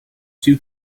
two